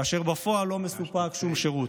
כאשר בפועל לא מסופק שום שירות.